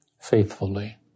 faithfully